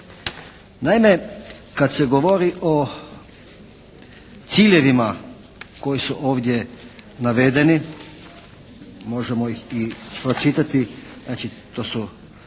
Naime, kad se govori o ciljevima koji su ovdje navedeni, možemo ih i pročitati, znači to su